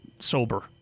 sober